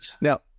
Now